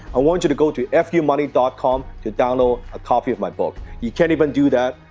i want you to go to fumoney dot com to download a copy of my book. you can't even do that,